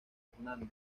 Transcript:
fernando